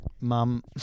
mum